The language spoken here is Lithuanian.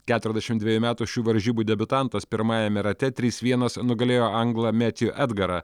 keturiasdešim dviejų metų šių varžybų debiutantas pirmajame rate trys vienas nugalėjo anglą metju edgarą